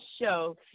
show